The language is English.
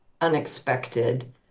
unexpected